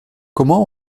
comment